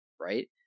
right